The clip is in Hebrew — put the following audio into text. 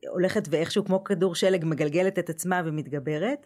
הולכת ואיכשהו כמו כדור שלג מגלגלת את עצמה ומתגברת.